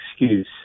excuse